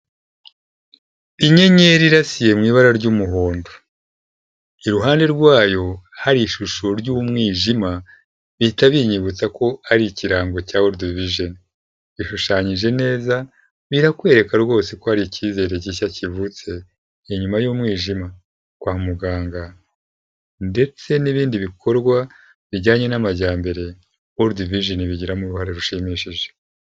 Inyenyeri irasiye mu ibara ry'umuhondo, iruhande rwayo hari ishusho ry'umwijima bihita binyibutsa ko ari ikirango cya world vision. Ishushanyije neza birakwereka rwose ko hari icyizere gishya kivutse inyuma y'umwijima kwa muganga ndetse n'ibindi bikorwa bijyanye n'amajyambere, wold vision ibigiramo uruhare rushimishije.